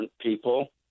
people